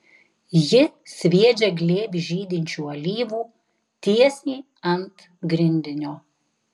ji sviedžia glėbį žydinčių alyvų tiesiai ant grindinio